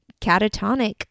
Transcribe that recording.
catatonic